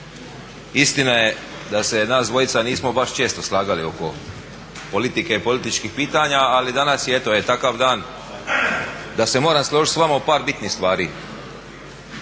istina je da se nas dvojica nismo baš često slagali oko politike i političkih pitanja ali danas je eto takav dan da se moram složiti s vama u par bitnih stvari.